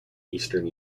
eastern